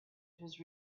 his